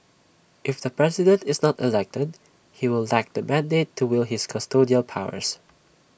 if the president is not elected he will lack the mandate to wield his custodial powers